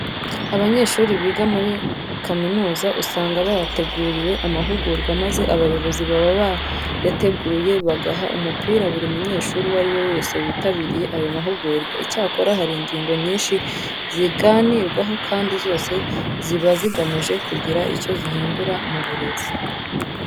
Abanyeshuri biga muri kaminuza usanga bategurirwa amahugurwa maze abayobozi baba bayateguye bagaha umupira buri munyeshuri uwo ari we wese witabiriye ayo mahugurwa. Icyakora hari ingingo nyinshi ziganirwaho kandi zose ziba zigamije kugira icyo zihindura mu burezi.